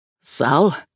Sal